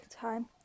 time